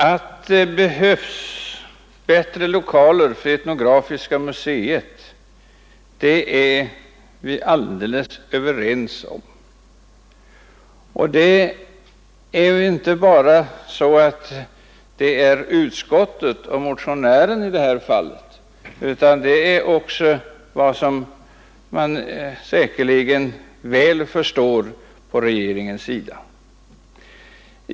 Fru talman! Att etnografiska museet behöver bättre lokaler är vi helt överens om. Detta gäller inte bara utskottet och motionären utan säkerligen även regeringen.